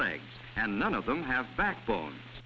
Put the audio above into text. legs and none of them have backbone